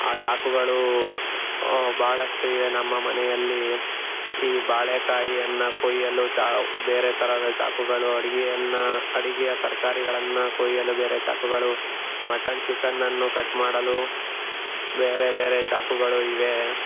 ಆ ಚಾಕುಗಳು ಬಹಳಷ್ಟು ಇವೆ ನಮ್ಮ ಮನೆಯಲ್ಲಿ ಈ ಬಾಳೆ ಕಾಯಿಯನ್ನು ಕೊಯ್ಯಲು ಚಾ ಬೇರೆ ಥರದ ಚಾಕುಗಳು ಅಡುಗೆಯನ್ನು ಅಡುಗೆಯ ತರಕಾರಿಗಳನ್ನು ಕೊಯ್ಯಲು ಬೇರೆ ಚಾಕುಗಳು ಮಟನ್ ಚಿಕನ್ನನ್ನು ಕಟ್ ಮಾಡಲು ಬೇರೆ ಬೇರೆ ಚಾಕುಗಳು ಇವೆ